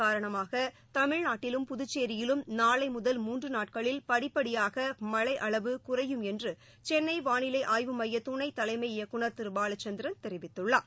காரணமாகதமிழ்நாட்டிலும் புதுச்சேியிலும் நாளைமுதல் இதன் மூன்றுநாட்களில் படிப்படியாகமழைஅளவு குறையும் என்றுசென்னைவானிலைஆய்வு மையதுணைத்தலைமை இயக்குநர் திருபாலச்சந்திரன் தெரிவித்துள்ளார்